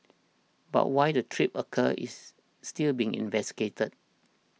but why the trip occurred is still being investigated